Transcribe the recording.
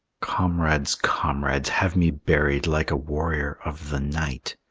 comrades, comrades, have me buried like a warrior of the night.